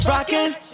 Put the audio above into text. Rockin